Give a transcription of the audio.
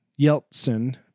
Yeltsin